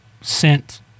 sent